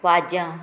वाज्यां